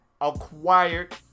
acquired